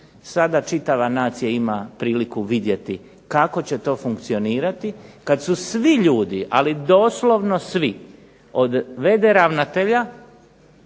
sada čitava nacija ima priliku vidjeti kako će to funkcionirati, kada su svi ljudi, doslovno svi od v.d. ravnatelja,